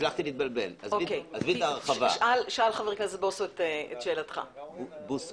הצלחתי להתבלבל את נושא ההרחבה